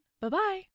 Bye-bye